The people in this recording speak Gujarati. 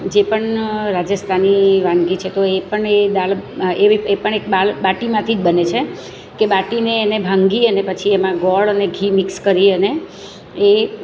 જે પણ રાજસ્થાની વાનગી છે તો એ પણ એ દાળ આ એવી એ પણ એક બાલ બાટીમાંથી જ બને છે કે બાટીને એને ભાંગી અને પછી એમાં ગોળ અને ઘી મિક્સ કરી અને એ